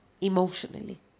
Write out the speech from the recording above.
emotionally